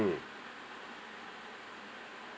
mm